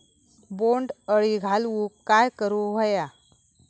बोंड अळी घालवूक काय करू व्हया?